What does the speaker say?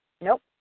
Nope